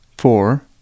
Four